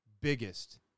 biggest